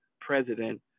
president